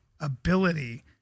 ability